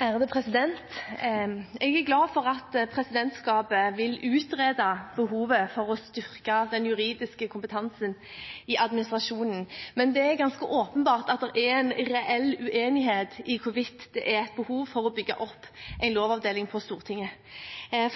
Jeg er glad for at presidentskapet vil utrede behovet for å styrke den juridiske kompetansen i administrasjonen, men det er ganske åpenbart at det er en reell uenighet om hvorvidt det er et behov for å bygge opp en lovavdeling på Stortinget.